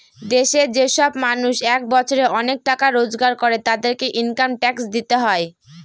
দেশে যে সব মানুষ এক বছরে অনেক টাকা রোজগার করে, তাদেরকে ইনকাম ট্যাক্স দিতে হয়